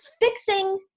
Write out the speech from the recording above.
fixing